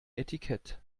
etikett